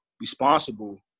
responsible